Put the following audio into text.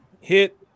hit